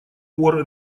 пор